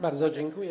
Bardzo dziękuję.